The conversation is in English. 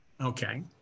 Okay